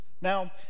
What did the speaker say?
Now